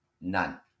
None